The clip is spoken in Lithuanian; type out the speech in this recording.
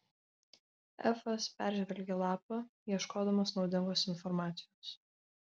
efas peržvelgė lapą ieškodamas naudingos informacijos